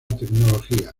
tecnología